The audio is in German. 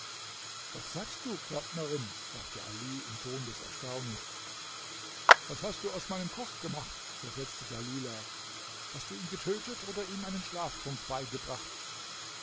was sagst du pförtnerin fragte ali im ton des erstaunens was hast du aus meinem koch gemacht versetzte dalilah hast du ihn getötet oder ihm einen schlaftrunk beigebracht